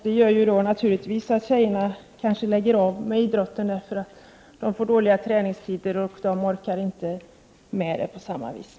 Det leder naturligtvis till att flickorna kanske slutar med tjejidrotten, eftersom de får dåliga träningstider och därför inte orkar med idrottandet på samma sätt.